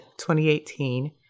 2018